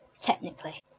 technically